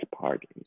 party